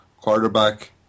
quarterback